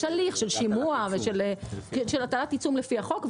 יש הליך של שימוע ושל הטלת עיצום לפי החוק.